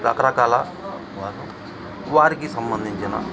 రకరకాల వారు వారికి సంబంధించిన